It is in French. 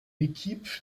équipe